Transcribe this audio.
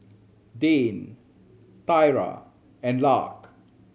Dane Tyra and Lark